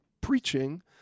preaching